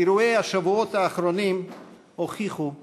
אירועי השבועות האחרונים הוכיחו אחרת.